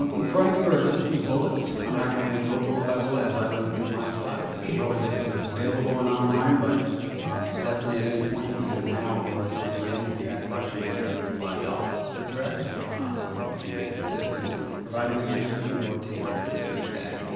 um in front of you are just a few bullets. i'm not going to go bullet by bullet as i run through my slides. for sure this is available and online but definitely at any point, either now or towards the end, if you have questions regarding the slides i'll address i'll be here to assist and provide any answers and or take in feedback.